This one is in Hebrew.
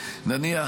נניח,